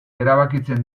erabakitzen